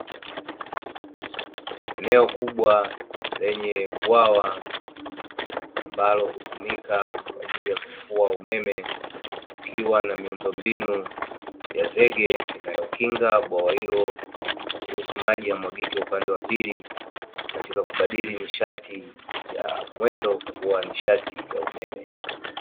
Eneo kubwa lenye bwawa, ambalo hutumika kwa ajili ya kufua umeme, kukiwa na miundombinu ya zege inayokinga bwawa hilo, na kuruhusu maji yamwagike upande wa pili, katika kubadilisha nishati ya mwendo kuwa nishati ya umeme.